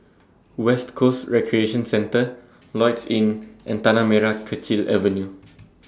West Coast Recreation Centre Lloyds Inn and Tanah Merah Kechil Avenue